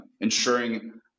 ensuring